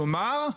כלומר,